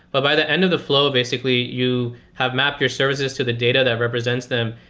but by the end of the flow, basically you have mapped your services to the data that represents them.